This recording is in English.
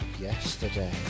yesterday